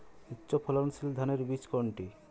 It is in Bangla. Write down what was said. উচ্চ ফলনশীল ধানের বীজ কোনটি?